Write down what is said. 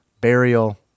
Burial